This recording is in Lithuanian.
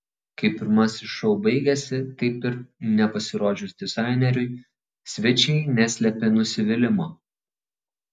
kai pirmasis šou baigėsi taip ir nepasirodžius dizaineriui svečiai neslėpė nusivylimo